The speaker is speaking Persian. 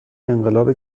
انقلاب